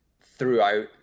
throughout